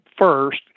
First